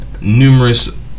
numerous